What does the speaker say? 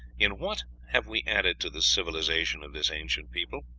in what have we added to the civilization of this ancient people?